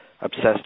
Obsessed